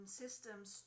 systems